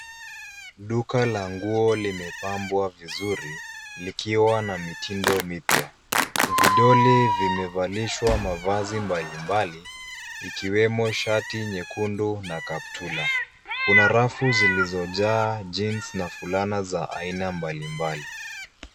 Duka la nguo limepambwa vizuri likiwa na mitindo mipya. Vidoli vimevalishwa mavazi mbalimbali ikiwemo shati nyekundu na kaptura. Kuna rafu zilizojaa jeans na fulana za aina mbalimbali.